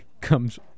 comes